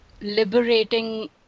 liberating